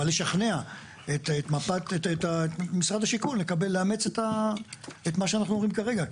אבל לשכנע את משרד השיכון לאמץ את מה שאנחנו אומרים כרגע.